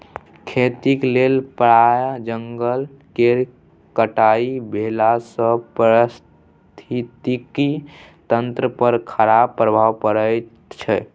खेतीक लेल प्राय जंगल केर कटाई भेलासँ पारिस्थितिकी तंत्र पर खराप प्रभाव पड़ैत छै